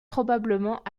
probablement